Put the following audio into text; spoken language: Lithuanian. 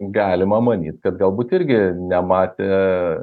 galima manyti kad galbūt irgi nematė